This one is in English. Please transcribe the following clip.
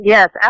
Yes